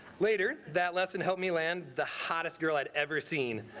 later. that lesson helped me land the hottest girl i'd ever seen.